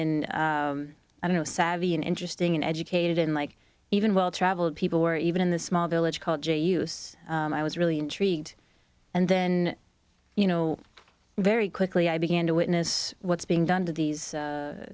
and i don't know savvy an interesting and educated unlike even well traveled people or even in the small village called j ews i was really intrigued and then you know very quickly i began to witness what's being done to these